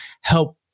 help